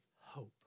hope